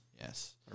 yes